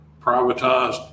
privatized